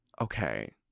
okay